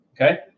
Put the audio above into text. Okay